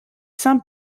saint